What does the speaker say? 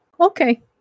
okay